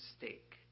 mistake